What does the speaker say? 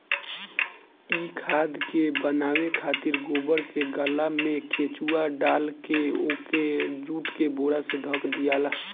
इ खाद के बनावे खातिर गोबर के गल्ला में केचुआ डालके ओके जुट के बोरा से ढक दियाला